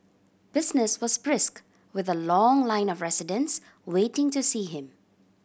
business was brisk with a long line of residents waiting to see him